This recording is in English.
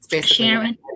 Sharon